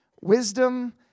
wisdom